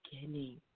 beginning